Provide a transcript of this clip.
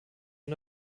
und